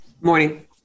Morning